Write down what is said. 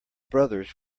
brothers